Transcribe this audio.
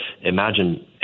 imagine